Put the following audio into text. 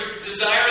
desire